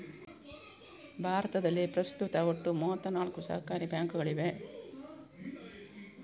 ಭಾರತದಲ್ಲಿ ಪ್ರಸ್ತುತ ಒಟ್ಟು ಮೂವತ್ತ ನಾಲ್ಕು ಸಹಕಾರಿ ಬ್ಯಾಂಕುಗಳಿವೆ